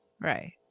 Right